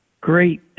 great